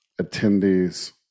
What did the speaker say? attendees